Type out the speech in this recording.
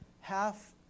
half